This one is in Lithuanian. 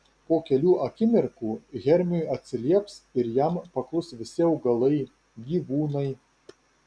po kelių akimirkų hermiui atsilieps ir jam paklus visi augalai gyvūnai